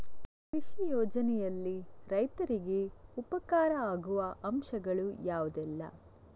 ಕೃಷಿ ಯೋಜನೆಯಲ್ಲಿ ರೈತರಿಗೆ ಉಪಕಾರ ಆಗುವ ಅಂಶಗಳು ಯಾವುದೆಲ್ಲ?